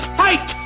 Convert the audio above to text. fight